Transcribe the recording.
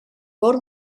cor